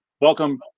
welcome